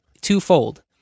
twofold